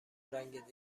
رنگت